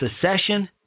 secession